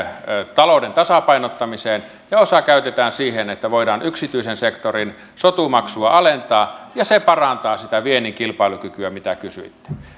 talouden tasapainottamiseen ja osa käytetään siihen että voidaan yksityisen sektorin sotumaksua alentaa ja se parantaa sitä viennin kilpailukykyä mistä kysyitte